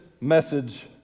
message